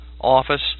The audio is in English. office